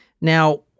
Now